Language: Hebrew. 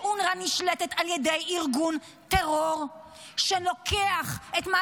שאונר"א נשלטת על ידי ארגון טרור שלוקח את מה